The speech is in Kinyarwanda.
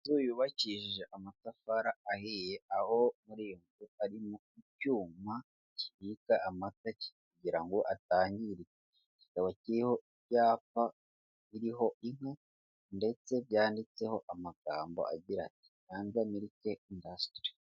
Inzu yubakishije amatafari ahiye aho muri iyo nzu harimo icyuma kibika amata kugira ngo atangirika kikabo kiriho ibyapa biriho inka ndetse byanditseho amagambo agira ati Nyanza mirike indasitiri.